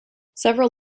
several